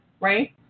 right